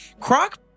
Croc